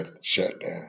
shutdown